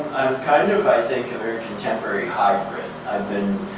kind of, i think, a very contemporary hybrid. i've been